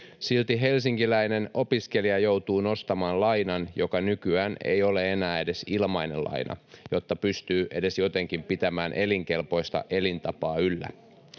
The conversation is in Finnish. Silti helsinkiläinen opiskelija joutuu nostamaan lainan, joka nykyään ei ole enää edes ilmainen laina, jotta pystyy edes jotenkin pitämään elinkelpoista elintapaa yllä.